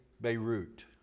Beirut